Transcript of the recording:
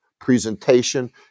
presentation